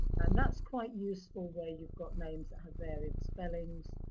and that's quite useful where you've got names that have variant spellings.